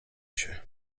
się